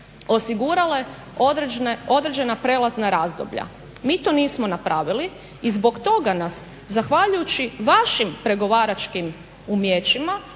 osigurale određena prijelazna razdoblja. Mi to nismo napravili i zbog toga nas zahvaljujući vašim pregovaračkim umijećima